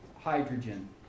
hydrogen